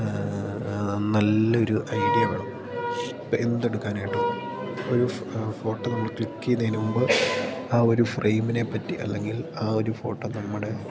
നല്ലൊരു ഐഡിയ വേണം ഇപ്പോള് എന്തെടുക്കാനായിട്ടും ഒരു ഫോട്ടോ നമ്മള് ക്ലിക്കെയ്യുന്നതിനു മുൻപ് ആ ഒരു ഫ്രെയിമിനെപ്പറ്റി അല്ലെങ്കിൽ ആ ഒരു ഫോട്ടോ നമ്മുടെ